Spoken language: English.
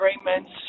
agreements